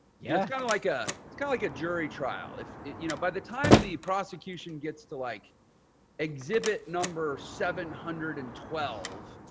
yeah kind of like a, it's kinda like a jury trial. if, you know, by the time the prosecution gets to like exhibit number seven hundred and twelve,